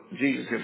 Jesus